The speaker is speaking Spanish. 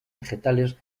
vegetales